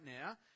now